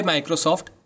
Microsoft